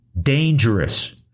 dangerous